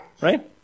right